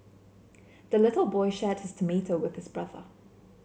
the little boy shared his tomato with his brother